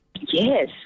Yes